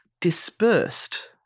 dispersed